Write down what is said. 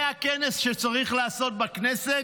זה הכנס שצריך לעשות בכנסת?